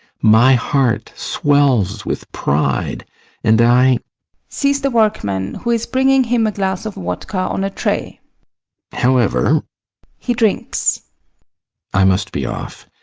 my heart swells with pride and i sees the workman, who is bringing him a glass of vodka on a tray however he drinks i must be off.